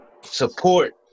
support